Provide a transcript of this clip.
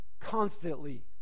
constantly